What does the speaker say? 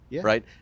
right